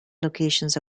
locations